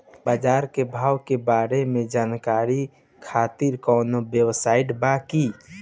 बाजार के भाव के बारे में जानकारी खातिर कवनो वेबसाइट बा की?